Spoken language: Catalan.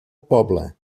poble